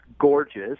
gorgeous